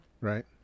Right